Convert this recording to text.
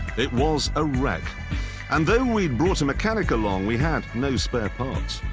it was a wreck and though we'd brought a mechanic along, we had no spare parts.